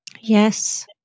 Yes